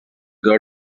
got